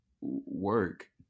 work